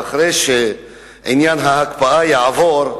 ואחרי שעניין ההקפאה יעבור,